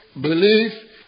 belief